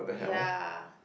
ya